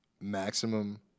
Maximum